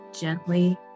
gently